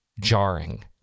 jarring